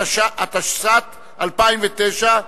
התשס"ט 2009,